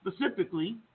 specifically